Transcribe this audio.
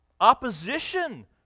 opposition